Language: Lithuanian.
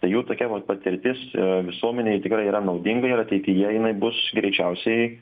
tai jų tokia vat patirtis visuomenei tikrai yra naudinga ir ateityje jinai bus greičiausiai